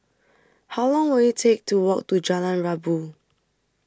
How Long Will IT Take to Walk to Jalan Rabu